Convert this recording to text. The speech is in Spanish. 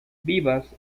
vivas